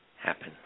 happen